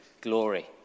glory